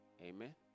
Amen